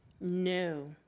No